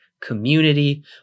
community